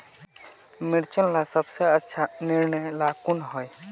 मिर्चन ला सबसे अच्छा निर्णय ला कुन होई?